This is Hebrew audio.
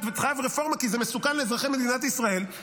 חייב רפורמה כי זה מסוכן לאזרחי מדינת ישראל.